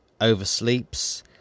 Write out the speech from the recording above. oversleeps